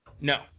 No